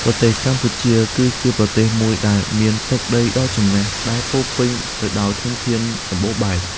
ប្រទេសកម្ពុជា គឺជាប្រទេសមួយដែលមានទឹកដីដ៏ចំណាស់ដែលពោលពេញទៅដោយធនធានសម្បូរបែប។